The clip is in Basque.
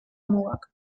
mugak